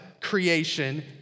creation